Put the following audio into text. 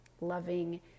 loving